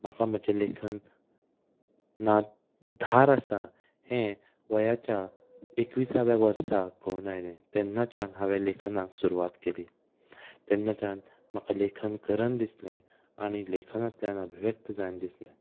म्हाका म्हजें लेखननांत धार आसा हे वयाच्या एकविसाव्या वर्सा कळून आयलें तेन्नाच्यान हांवें लेखनाक सुरवात केली तेन्नाच्यान म्हाका लेखन करन दिसलें आनी लेखनांतल्यान अभिव्यक्त जायन दिसलें